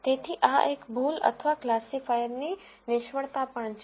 તેથી આ એક ભૂલ અથવા ક્લાસિફાયરની નિષ્ફળતા પણ છે